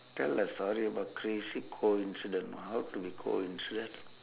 tell a story about crazy coincident how to be coincident